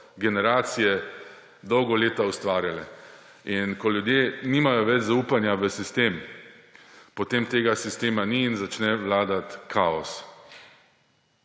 generacije dolga leta ustvarjale. In ko ljudje nimajo več zaupanja v sistem, potem tega sistema ni in začne vladati kaos.